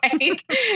right